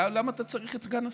למה אתה צריך את סגן השר?